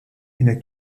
une